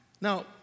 Now